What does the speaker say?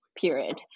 period